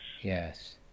Yes